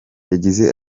yagize